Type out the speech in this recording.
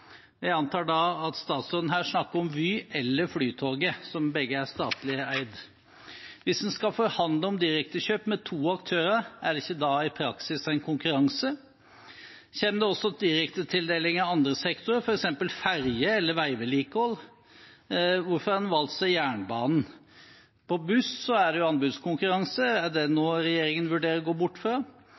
Jeg antar da at statsråden her snakker om Vy eller Flytoget, som begge er statlig eid. Hvis en skal forhandle om direktekjøp med to aktører, er det ikke da i praksis en konkurranse? Kommer det også direktetildelinger av andre sektorer, f.eks. ferge- eller veivedlikehold? Hvorfor har en valgt jernbanen? På buss er det anbudskonkurranse. Er det noe regjeringen vurderer å gå bort